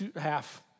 half